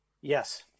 Yes